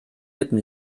lippen